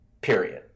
Period